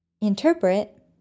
Interpret